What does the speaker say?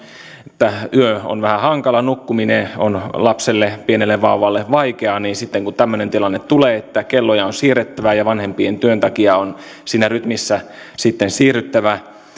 että yö on vähän hankala nukkuminen on lapselle pienelle vauvalle vaikeaa niin sitten kun tämmöinen tilanne tulee että kelloja on siirrettävä ja vanhempien työn takia on siinä rytmissä sitten siirryttävä